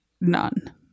none